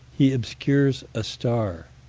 he obscures a star.